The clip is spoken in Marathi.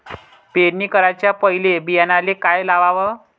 पेरणी कराच्या पयले बियान्याले का लावाव?